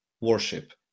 worship